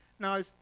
Now